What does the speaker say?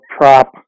Prop